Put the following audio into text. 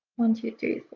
one two three.